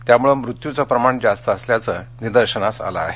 त्यामूळे मृत्यूचे प्रमाण जास्त असल्याचे निदर्शनास आले आहे